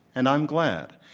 and i am glad.